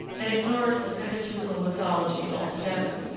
and ignores the pentateuchal mythology altogether.